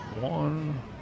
One